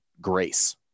grace